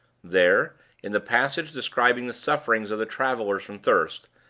there in the passage describing the sufferings of the travelers from thirst,